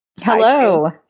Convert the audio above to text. Hello